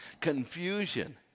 confusion